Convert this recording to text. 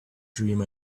dream